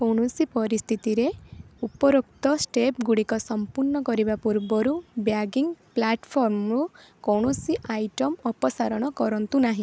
କୌଣସି ପରିସ୍ଥିତିରେ ଉପରୋକ୍ତ ଷ୍ଟେପ୍ଗୁଡ଼ିକ ସମ୍ପୂର୍ଣ୍ଣ କରିବା ପୂର୍ବରୁ ବ୍ୟାଗିଂ ପ୍ଲାଟଫର୍ମରୁ କୌଣସି ଆଇଟମ୍ ଅପସାରଣ କରନ୍ତୁ ନାହିଁ